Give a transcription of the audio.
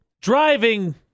Driving